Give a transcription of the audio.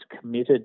committed